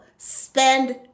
spend